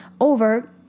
over